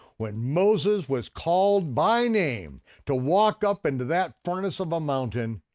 when moses was called by name to walk up into that furnace of a mountain,